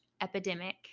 epidemic